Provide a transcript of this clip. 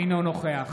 אינו נוכח